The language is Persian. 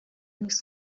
نیست